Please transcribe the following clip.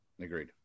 Agreed